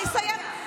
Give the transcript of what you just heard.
אני אסיים.